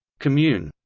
commun.